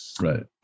right